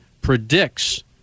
predicts